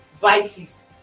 vices